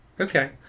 Okay